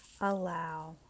allow